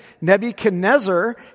Nebuchadnezzar